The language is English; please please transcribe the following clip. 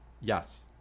yes